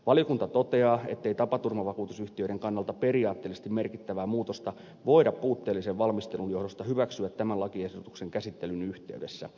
valiokunta toteaa ettei tapaturmavakuutusyhtiöiden kannalta periaatteellisesti merkittävää muutosta voida puutteellisen valmistelun johdosta hyväksyä tämän lakiesityksen käsittelyn yhteydessä